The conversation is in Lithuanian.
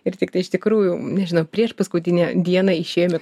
ir tiktai iš tikrųjų nežinau prieš paskutinę dieną išėjome